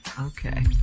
Okay